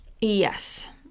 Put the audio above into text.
Yes